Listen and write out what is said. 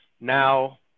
now